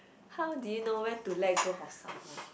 how do you know when to let go of someone